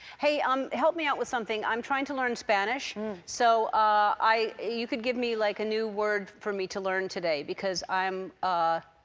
hey, um help me out with something. i'm trying to learn spanish so ah you can give me like a new word for me to learn today. because i'm ah